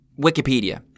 Wikipedia